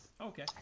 Okay